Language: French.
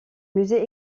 musée